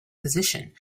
position